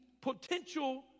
potential